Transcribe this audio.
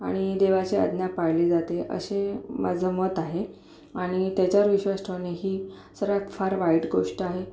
आणि देवाची आज्ञा पाळली जाते असे माझं मत आहे आणि त्याच्यावर विश्वास ठेवणे ही सर्वात फार वाईट गोष्ट आहे